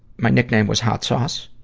my nickname was hot sauce.